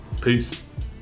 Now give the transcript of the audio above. Peace